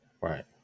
Right